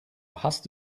hast